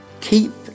Keep